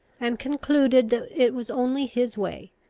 and concluded that it was only his way,